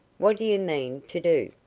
what do you mean to do?